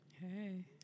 Hey